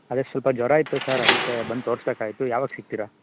ಅದೇ ಸ್ವಲ್ಪ ಜ್ವರ ಇತ್ತು ಸರ್ ಅದಕ್ಕೆ ಬಂದು ತೋರಿಸಬೇಕಾಗಿತ್ತು ಯಾವಾಗ ಸಿಗ್ತೀರಾ